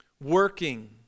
Working